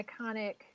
iconic